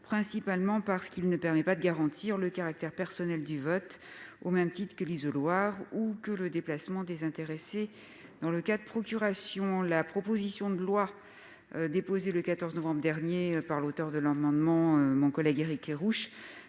principalement en raison du fait qu'elle ne permet pas de garantir le caractère personnel du vote, au même titre que l'isoloir ou le déplacement des intéressés dans le cas de procurations. La proposition de loi déposée le 14 novembre dernier par l'auteur de cet amendement, notre collègue Éric Kerrouche,